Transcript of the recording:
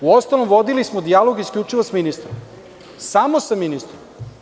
Uostalom, vodili smo dijalog isključivo sa ministrom, samo sa ministrom.